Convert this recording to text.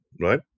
right